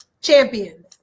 champion